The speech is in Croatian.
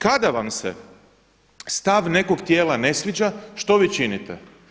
Kada vam se stav nekog tijela ne sviđa, što vi činite?